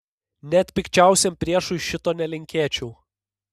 net pikčiausiam priešui šito nelinkėčiau